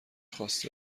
خواسته